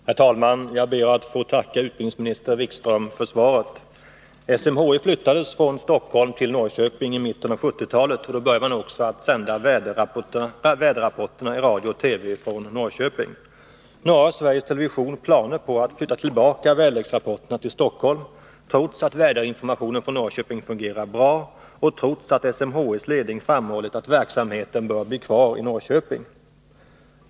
Herr talman! Jag ber att få tacka utbildningsminister Wikström för svaret. SMHI flyttades från Stockholm till Norrköping i mitten av 1970-talet, och då började man också sända väderleksrapporterna i radio och TV från Norrköping. Nu har Sveriges Television planer på att flytta tillbaka väderleksrapporteringen till Stockholm, trots att väderinformationen från Norrköping fungerar bra och trots att SMHI:s ledning framhållit att verksamheten bör bli kvar i Norrköping.